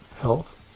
health